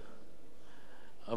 אבל יש עוד המון המון בעיות.